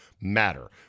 matter